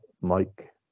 Mike